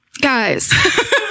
Guys